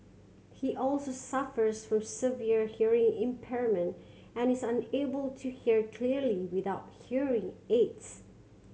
he also suffers from severe hearing impairment and is unable to hear clearly without hearing aids